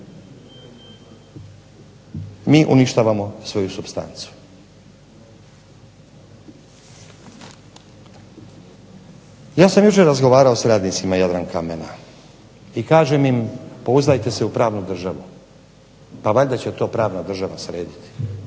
mi uništavamo svoju supstancu. Ja sam jučer razgovarao s radnicima Jadrankamena i kažem im pouzdajte se u pravnu državu, pa valjda će to pravna država srediti,